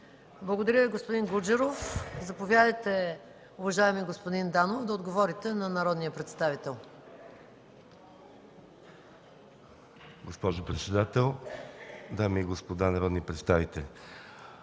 Благодаря Ви, господин Гуджеров. Заповядайте, уважаеми господин Данов, да отговорите на народния представител. МИНИСТЪР ИВАН ДАНОВ: Госпожо председател, дами и господа народни представители!